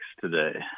today